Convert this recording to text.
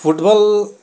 football